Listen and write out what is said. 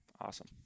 Awesome